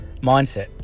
Mindset